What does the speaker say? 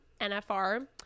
nfr